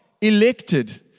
elected